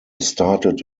started